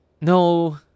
No